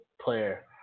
Player